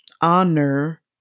honor